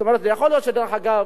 זאת אומרת, יכול להיות, דרך אגב,